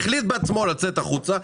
החליט בעצמו לצאת החוצה,